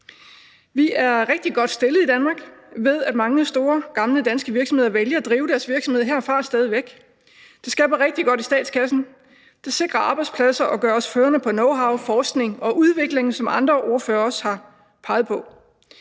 Vi er rigtig godt stillet i Danmark, ved at mange store gamle danske virksomheder stadig væk vælger at drive deres virksomhed herfra. Det skæpper rigtig godt i statskassen, det sikrer arbejdspladser og gør os førende på knowhow, forskning og udvikling, som andre ordførere også har peget på.